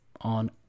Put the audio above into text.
on